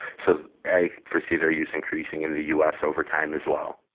so, i foresee their use increasing in the u s. over time as well.